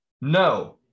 No